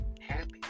happy